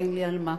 ואין לי על מה.